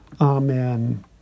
Amen